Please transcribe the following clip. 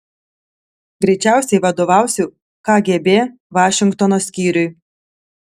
greičiausiai vadovausiu kgb vašingtono skyriui